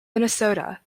minnesota